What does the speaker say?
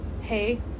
hey